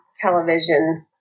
television